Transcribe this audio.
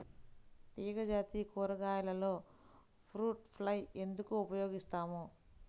తీగజాతి కూరగాయలలో fruit fly ఎందుకు ఉపయోగిస్తాము?